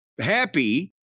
happy